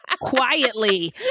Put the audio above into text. quietly